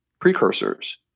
precursors